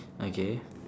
okay